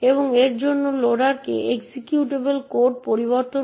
তাই এই বক্তৃতায় আমরা আসলে অ্যাক্সেস কন্ট্রোল নীতিগুলি দেখেছিলাম